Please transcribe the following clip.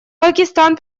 пакистан